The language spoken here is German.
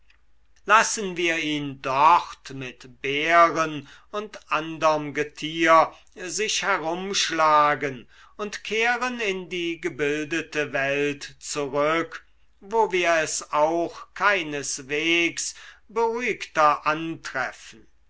lassen wir ihn dort mit bären und anderm getier sich herumschlagen und kehren in die gebildete welt zurück wo wir es auch keineswegs beruhigter antreffen